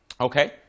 okay